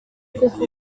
koko